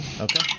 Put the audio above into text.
Okay